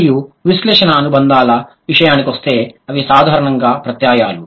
మరియు విక్షేపణ అనుబంధాల విషయానికొస్తే అవి సాధారణంగా ప్రత్యయాలు